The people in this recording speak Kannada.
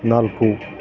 ನಾಲ್ಕು